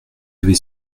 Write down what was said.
avez